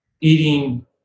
eating